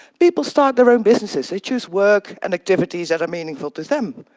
people start their own businesses. they choose work and activities that are meaningful to them.